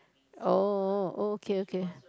oh okay okay